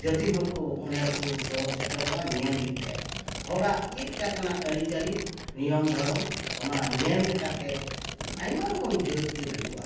ᱡᱟᱹᱛᱤ ᱦᱚᱸᱠᱚ ᱚᱸᱰᱮ ᱦᱚᱸᱠᱚ ᱥᱚᱦᱚᱨ ᱥᱮᱴᱮᱨᱚᱜᱼᱟ ᱧᱮᱞ ᱞᱟᱹᱜᱤᱫᱼᱛᱮ ᱦᱚᱲᱟᱜ ᱪᱮᱫ ᱞᱮᱠᱟ ᱠᱟᱱᱟ ᱟᱹᱨᱤᱪᱟᱹᱞᱤ ᱱᱤᱭᱚᱢ ᱫᱷᱚᱨᱚᱢ ᱚᱱᱟ ᱧᱮᱞ ᱞᱮᱠᱟᱛᱮ ᱟᱭᱢᱟ ᱨᱚᱠᱚᱢ ᱡᱟᱹᱛ ᱠᱚ ᱦᱤᱡᱩᱜᱼᱟ